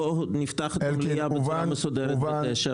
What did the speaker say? בואו נפתח את המליאה בצורה מסודרת בשעה